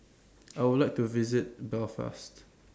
I Would like to visit Belfast